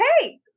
hey